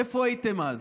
איפה הייתם אז?